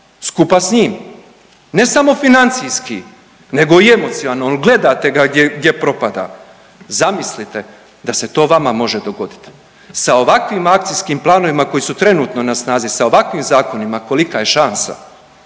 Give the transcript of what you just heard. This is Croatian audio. skupa s njim. Ne samo financijski nego i emocionalno, gledate ga gdje propada. Zamislite da se to vama može dogoditi sa ovakvim akcijskim planovima koji su trenutno na snazi, sa ovakvim zakonima kolika je šansa.